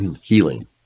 healing